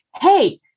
hey